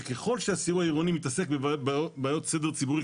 שככל שהסיור העירוני מתעסק בבעיות סדר ציבורי,